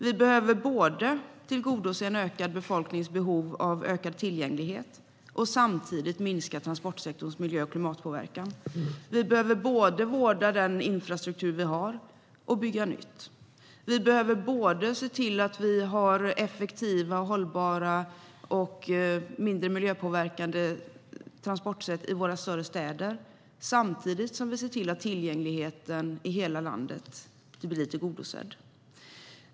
Vi behöver tillgodose en ökad befolknings behov av ökad tillgänglighet och samtidigt minska transportsektorns miljö och klimatpåverkan. Vi behöver vårda den infrastruktur vi har och samtidigt bygga nytt. Vi behöver se till att vi har effektiva, hållbara och mindre miljöpåverkande transportsätt i våra större städer samtidigt som vi ser till att tillgängligheten i hela landet blir tillgodosedd.